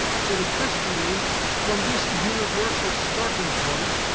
sort of question is from this universal starting point,